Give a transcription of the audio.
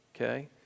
Okay